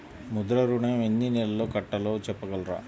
ముద్ర ఋణం ఎన్ని నెలల్లో కట్టలో చెప్పగలరా?